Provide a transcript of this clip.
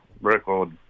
record